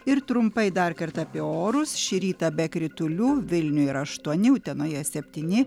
ir trumpai dar kartą apie orus šį rytą be kritulių vilniuj yra aštuoni utenoje septyni